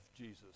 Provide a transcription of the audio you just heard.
Jesus